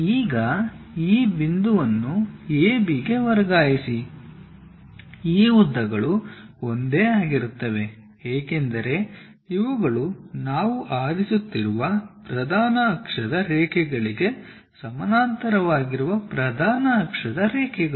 ಈಗ ಈ ಬಿಂದುವನ್ನು AB ಗೆ ವರ್ಗಾಯಿಸಿ ಈ ಉದ್ದಗಳು ಒಂದೇ ಆಗಿರುತ್ತವೆ ಏಕೆಂದರೆ ಇವುಗಳು ನಾವು ಆರಿಸುತ್ತಿರುವ ಪ್ರಧಾನ ಅಕ್ಷದ ರೇಖೆಗಳಿಗೆ ಸಮಾನಾಂತರವಾಗಿರುವ ಪ್ರಧಾನ ಅಕ್ಷದ ರೇಖೆಗಳು